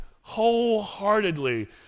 wholeheartedly